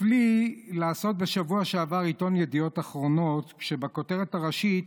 הפליא לעשות בשבוע שעבר עיתון ידיעות אחרונות כשבכותרת הראשית